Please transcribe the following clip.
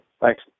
Thanks